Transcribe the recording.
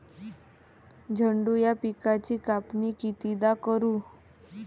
झेंडू या पिकाची कापनी कितीदा करू?